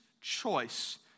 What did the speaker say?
choice